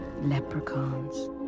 leprechauns